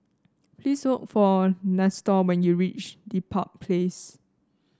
please look for Nestor when you reach Dedap Place